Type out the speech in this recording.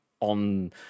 on